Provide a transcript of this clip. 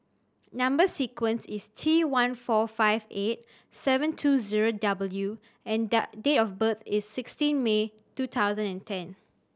number sequence is T one four five eight seven two zero W and date of birth is sixteen May two thousand and ten